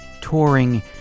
touring